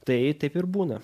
tai taip ir būna